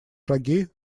шаги